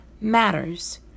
matters